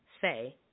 Say